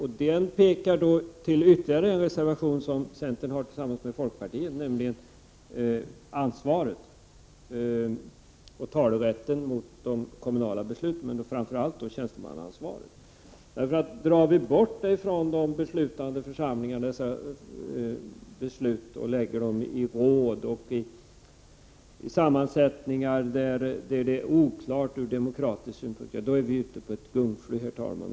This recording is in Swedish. Centern har en reservation tillsammans med folkpartiet som handlar om talerätten gentemot de kommunala besluten men framför allt om tjänstemannaansvaret. Drar vi bort dessa beslut från de beslutande församlingarna och lägger dem i sammanslutningar som är oklara ur demokratisk synpunkt är vi ute på ett gungfly, herr talman.